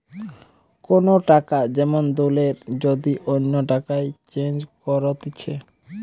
কোন টাকা যেমন দলের যদি অন্য টাকায় চেঞ্জ করতিছে